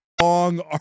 Long